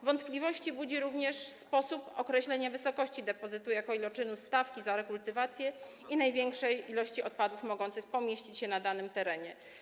Wątpliwości budzi również sposób określenia wysokości depozytu jako iloczynu stawki za rekultywację i największej ilości odpadów mogących pomieścić się na danym terenie.